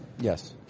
Yes